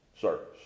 service